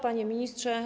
Panie Ministrze!